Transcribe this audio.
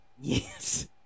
Yes